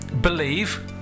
believe